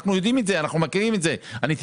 אנחנו מכירים את זה ויודעים על זה.